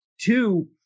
two